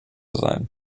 sein